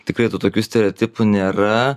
tikrai tų tokių stereotipų nėra